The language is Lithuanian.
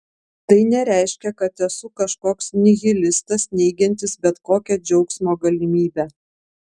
tai nereiškia kad esu kažkoks nihilistas neigiantis bet kokią džiaugsmo galimybę